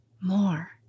more